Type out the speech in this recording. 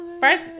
First